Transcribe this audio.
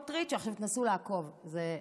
תנסו לעקוב, זה מסובך: